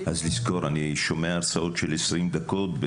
אני שומע הרצאות של 20 דקות.